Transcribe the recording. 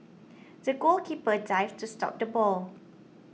the goalkeeper dived to stop the ball